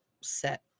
set